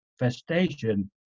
manifestation